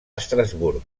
estrasburg